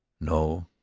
no,